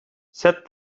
set